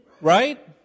right